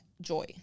joy